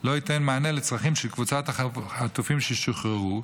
לא ייתן מענה לצרכים של קבוצת החטופים ששוחררו,